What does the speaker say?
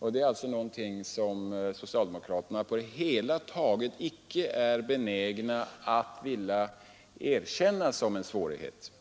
Detta är socialdemokraterna på det hela taget inte benägna att erkänna som en svårighet.